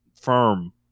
firm